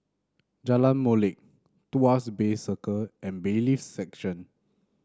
Jalan Molek Tuas Bay Circle and Bailiffs' Section